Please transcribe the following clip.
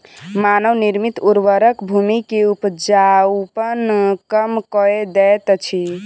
मानव निर्मित उर्वरक भूमि के उपजाऊपन कम कअ दैत अछि